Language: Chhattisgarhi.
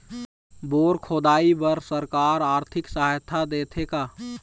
बोर खोदाई बर सरकार आरथिक सहायता देथे का?